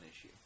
issue